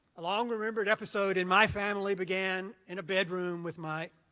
a long-remembered episode in my family began in a bedroom with my,